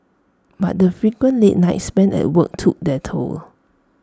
but the frequent late nights spent at work took their toll